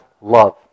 love